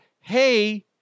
hey